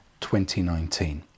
2019